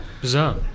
bizarre